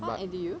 !huh! N_T_U